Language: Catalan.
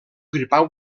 gripau